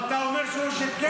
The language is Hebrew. אתה אומר שהוא משקר?